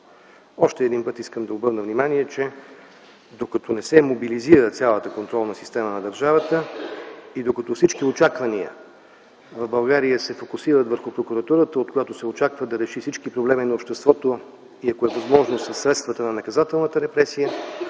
Още един път искам да обърна внимание, че докато не се мобилизира цялата контролна система на държавата и докато всички очаквания в България се фокусират върху Прокуратурата, от която се очаква да реши всички проблеми на обществото, и ако е възможно – със средствата на наказателната репресия,